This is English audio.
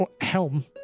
helm